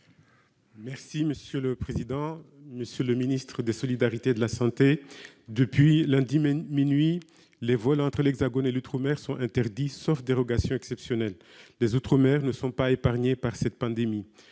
La République En Marche. Monsieur le ministre des solidarités et de la santé, depuis lundi minuit, les vols entre l'Hexagone et l'outre-mer sont interdits, sauf dérogations exceptionnelles. Les outre-mer ne sont pas épargnés par cette pandémie